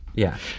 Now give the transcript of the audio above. yeah.